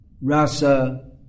Rasa